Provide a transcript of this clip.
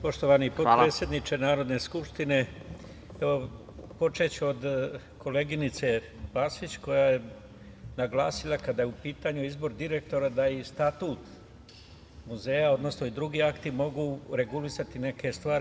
Poštovani potpredsedniče Narodne skupštine, počeću od koleginice Vacić, koja je naglasila da kada je u pitanju izbor direktora, da i statut muzeja, odnosno i drugi akti mogu regulisati neke stvari.